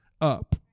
up